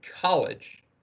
college